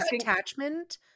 attachment